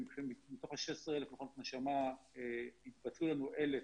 שמתוך ה-16,000 מכונות הנשמה התבטלו לנו 1,000